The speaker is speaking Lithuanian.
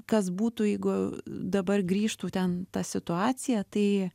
kas būtų jeigu dabar grįžtų ten ta situacija tai